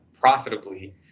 profitably